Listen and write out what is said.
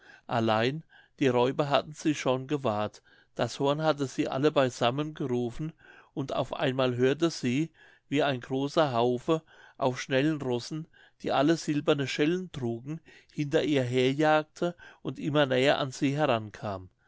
allein die räuber hatten sie schon gewahrt das horn hatte sie alle beisammen gerufen und auf einmal hörte sie wie ein großer haufe auf schnellen rossen die alle silberne schellen trugen hinter ihr herjagte und immer näher an sie herankam